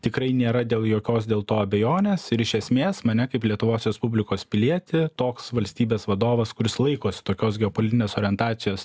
tikrai nėra dėl jokios dėl to abejonės ir iš esmės mane kaip lietuvos respublikos pilietį toks valstybės vadovas kuris laikosi tokios geopolitinės orientacijos